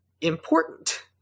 important